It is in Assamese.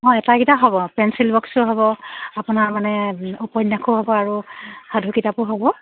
অঁ আটাইকেইটা হ'ব পেঞ্চিল বক্সো হ'ব আপোনাৰ মানে উপন্যাসো হ'ব আৰু সাধু কিতাপো হ'ব